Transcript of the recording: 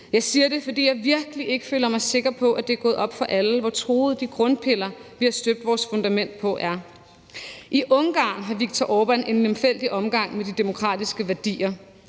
Jeg siger det, fordi jeg virkelig ikke føler mig sikker på, at det er gået op for alle, hvor truede de grundpiller, vi har støbt vores fundament på, er. I Ungarn har Viktor Orbán en lemfældig omgang med de demokratiske værdier.